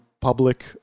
public